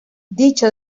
dicho